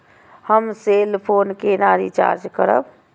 हम cell phone केना recharge करब?